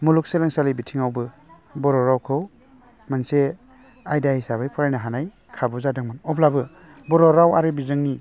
मुलुगसोलोंसालि बिथिङावबो बर' रावखौ मोनसे आयदा हिसाबै फरायनो हानाय खाबु जादोंमोन अब्लाबो बर' राव आरो बिजोंनि